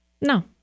No